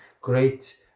great